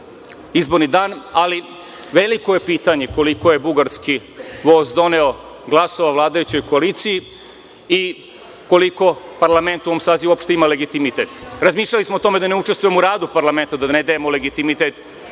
izborni dan, ali veliko je pitanje koliko je „bugarski voz“ doneo glasova vladajućoj koaliciji i koliko parlament u ovom sazivu uopšte ima legitimitet. Razmišljali smo o tome da ne učestvujemo u radu parlamenta, da ne dajemo legitimitet